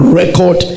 record